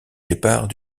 départ